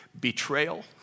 betrayal